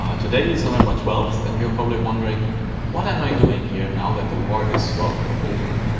ah today is november twelfth. and you're probably wondering what am i doing here and now that the war is, well, over.